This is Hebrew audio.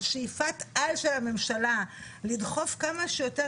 שאיפת על של הממשלה לדחוף כמה שיותר